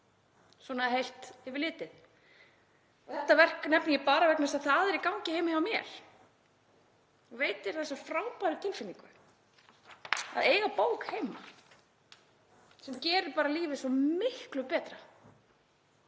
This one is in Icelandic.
heilt yfir litið. Þetta verk nefni ég bara vegna þess að það er í gangi heima hjá mér. Það veitir frábæra tilfinningu að eiga bók heima sem gerir lífið miklu betra.